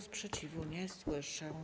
Sprzeciwu nie słyszę.